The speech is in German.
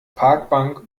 parkbank